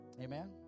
Amen